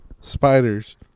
spiders